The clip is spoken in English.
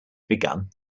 begun